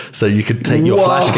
so you could take your